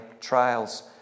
trials